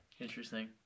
Interesting